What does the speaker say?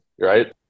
right